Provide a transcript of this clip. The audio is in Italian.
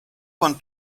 con